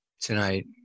tonight